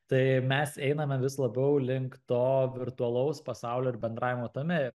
tai mes einame vis labiau link to virtualaus pasaulio ir bendravimo tame